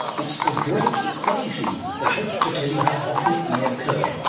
it's the drake equation that hopes to tell you how often it may occur,